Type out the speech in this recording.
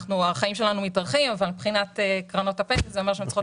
החיים שלנו מתארכים אבל מבחינת קרנות הפנסיה זה אומר הן צריכות